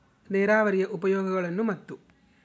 ನೇರಾವರಿಯ ಉಪಯೋಗಗಳನ್ನು ಮತ್ತು?